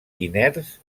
inerts